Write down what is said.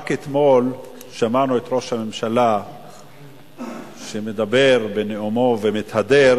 רק אתמול שמענו את ראש הממשלה מדבר בנאומו ומתהדר